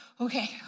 okay